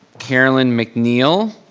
carolyn macneil.